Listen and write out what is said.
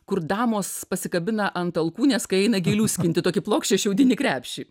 kur damos pasikabina ant alkūnės kai eina gėlių skinti tokį plokščią šiaudinį krepšį